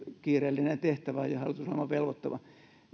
kiireellinen tehtävä ja ja hallitusohjelman velvoittama